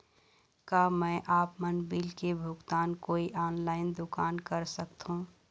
का मैं आपमन बिल के भुगतान कोई ऑनलाइन दुकान कर सकथों?